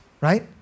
right